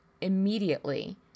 immediately